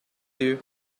you